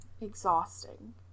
exhausting